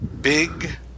Big